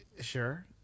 sure